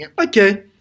Okay